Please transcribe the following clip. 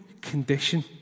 condition